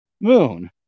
Moon